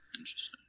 Interesting